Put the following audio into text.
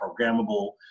programmable